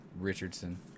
Richardson